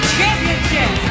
Championship